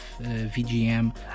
VGM